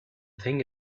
thing